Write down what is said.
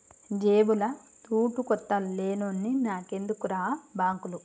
జేబుల తూటుకొత్త లేనోన్ని నాకెందుకుర్రా బాంకులు